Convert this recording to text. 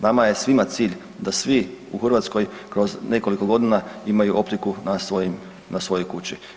Nama je svima cilj da svi u Hrvatskoj kroz nekoliko godina imaju optiku na svojim, na svojoj kući.